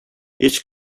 each